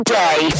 day